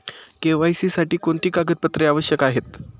KYC साठी कोणती कागदपत्रे आवश्यक आहेत?